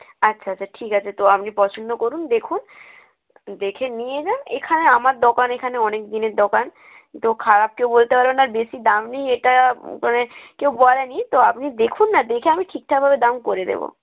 আচ্ছা আচ্ছা ঠিক আছে তো আপনি পছন্দ করুন দেখুন দেখে নিয়ে যান এখানে আমার দোকান এখানে অনেক দিনের দোকান তো খারাপ কেউ বলতে পারবেন না আর বেশি দাম নিই এটা মানে কেউ বলেনি তো আপনি দেখুন না দেখে আমি ঠিকঠাকভাবে দাম করে দেব